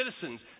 Citizens